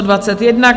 21.